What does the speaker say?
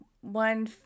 One